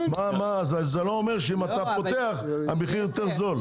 זה לא אומר שאם אתה פותח המחיר יותר זול.